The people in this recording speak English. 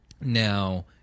now